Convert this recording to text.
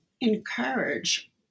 encourage